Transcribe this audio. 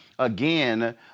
again